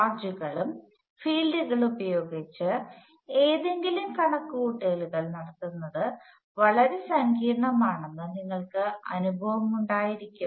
ചാർജുകളും ഫീൽഡുകളും ഉപയോഗിച്ച് ഏതെങ്കിലും കണക്കുകൂട്ടലുകൾ നടത്തുന്നത് വളരെ സങ്കീർണ്ണമാണെന്ന് നിങ്ങൾക്ക് അനുഭവമുണ്ടായിരിക്കാം